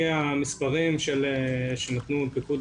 פיקוד